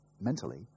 mentally